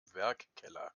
werkkeller